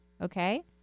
Okay